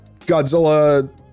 Godzilla